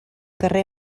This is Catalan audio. carrer